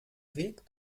weg